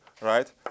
right